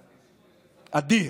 אדיר.